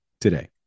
today